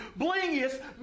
blingiest